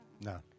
No